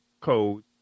code